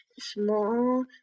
small